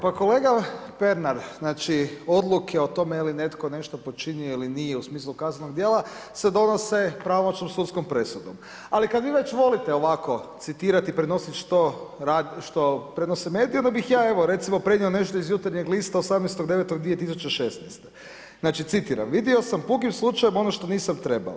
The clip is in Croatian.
Pa kolega Pernar, znači, odluke o tome je li netko nešto počinio ili nije u smislu kaznenog djela se donose pravomoćnom sudskom presudom, ali kad vi već volite ovako citirati i prenosit što prenose medije, onda bih ja, evo recimo, prenio nešto iz Jutarnjeg lista 18.9.2016.-te, znači, citiram: „Vidio sam pukim slučajem ono što nisam trebao.